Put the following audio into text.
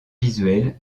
visuel